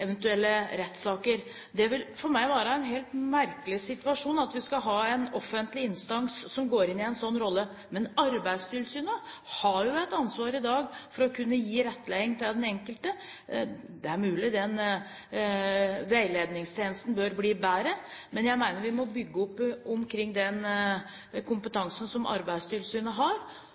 eventuelle rettssaker. Det vil for meg være en merkelig situasjon at vi skal ha en offentlig instans som går inn i en sånn rolle. Arbeidstilsynet har jo et ansvar i dag for å kunne gi rettledning til den enkelte. Det er mulig den veiledningstjenesten bør bli bedre, men jeg mener vi må bygge opp omkring den kompetansen som Arbeidstilsynet har,